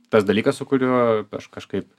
tas dalykas su kuriuo aš kažkaip